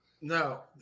No